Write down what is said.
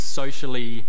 socially